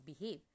behave